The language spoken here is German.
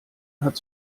hat